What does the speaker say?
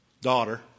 Daughter